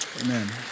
amen